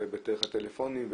ודרך הטלפונים,